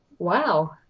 Wow